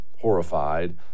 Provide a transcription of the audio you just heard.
horrified